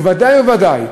ובוודאי ובוודאי,